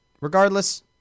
regardless